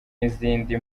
n’izindi